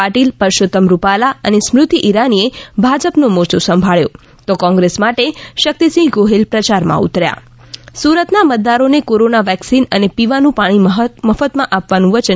પાટિલપરસોત્તમ રૂપાલા અને સ્મૃતિ ઈરાની એ ભાજપનો મોરચો સાંભળ્યો તો કોંગ્રેસ માટે શક્તિસિંહ ગોહેલ પ્રચાર માં ઉતર્યા સુરતના મતદારોને કોરોના વેક્સિન અને પીવાનું પાણી મફતમાં આપવાનું વચન